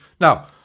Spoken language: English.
Now